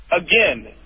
Again